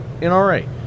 NRA